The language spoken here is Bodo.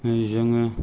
जोङो